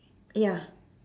ya